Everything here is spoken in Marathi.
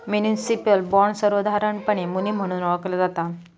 म्युनिसिपल बॉण्ड, सर्वोसधारणपणे मुनी म्हणून ओळखला जाता